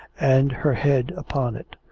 and her head upon it.